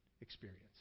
experience